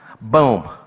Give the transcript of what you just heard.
Boom